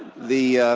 the yeah